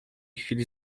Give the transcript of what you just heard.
chwili